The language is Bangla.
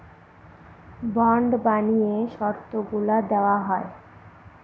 বন্ড বানিয়ে শর্তগুলা দেওয়া হয়